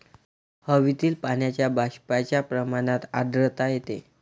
हवेतील पाण्याच्या बाष्पाच्या प्रमाणात आर्द्रता येते